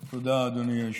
תודה, אדוני היושב-ראש.